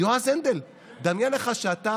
יועז הנדל, דמיין לך שאתה